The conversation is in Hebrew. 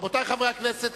רבותי חברי הכנסת,